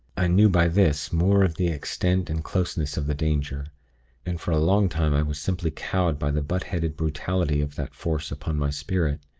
i knew by this more of the extent and closeness of the danger and for a long time i was simply cowed by the butt-headed brutality of that force upon my spirit.